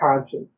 conscious